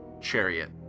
Chariot